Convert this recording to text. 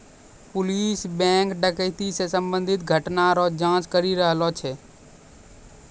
police bank डकैती से संबंधित घटना रो जांच करी रहलो छै